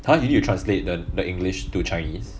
!huh! you need to translate the the english to chinese